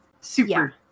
super